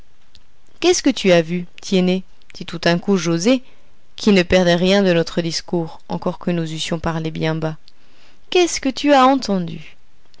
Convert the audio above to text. qu'est-ce que tu as vu tiennet dit tout d'un coup joset qui ne perdait rien de notre discours encore que nous eussions parlé bien bas qu'est-ce que tu as entendu